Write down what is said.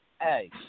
Hey